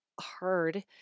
hard